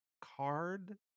card